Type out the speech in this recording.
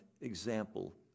example